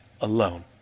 alone